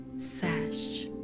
sash